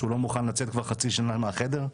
שהוא לא מוכן לצאת כבר חצי שנה מהחדר,